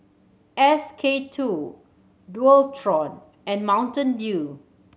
S K Two Dualtron and Mountain Dew